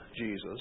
Jesus